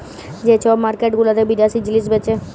যে ছব মার্কেট গুলাতে বিদ্যাশি জিলিস বেঁচে